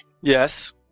Yes